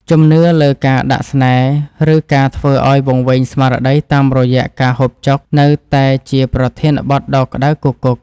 ជំនឿលើការដាក់ស្នេហ៍ ឬការធ្វើឱ្យវង្វេងស្មារតីតាមរយៈការហូបចុកនៅតែជាប្រធានបទដ៏ក្តៅគគុក។